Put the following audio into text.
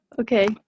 Okay